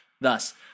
Thus